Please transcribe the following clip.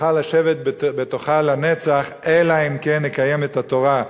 שנוכל לשבת בתוכה לנצח, אלא אם כן נקיים את התורה.